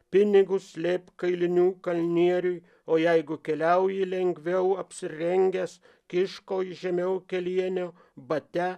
pinigus slėpk kailinių kalnieriuj o jeigu keliauji lengviau apsirengęs kiškoj žemiau kelienio bate